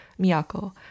miyako